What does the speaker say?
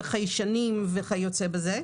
חיישנים וכיוצא באלה.